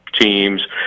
teams